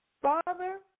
Father